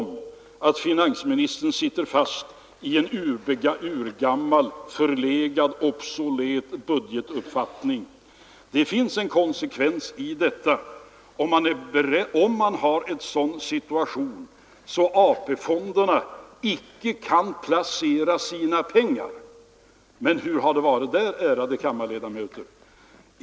Det finns en konsekvens i detta — om man har en sådan situation att AP-fonderna icke kan placera sina pengar. Men hur har det varit där, ärade kammarledamöter?